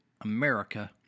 America